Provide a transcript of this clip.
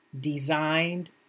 Designed